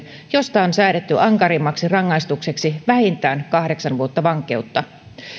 josta on säädetty ankarimmaksi rangaistukseksi vähintään kahdeksan vuotta vankeutta